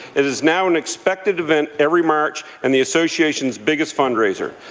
it is now an expected event every march and the association's biggest fundraiser.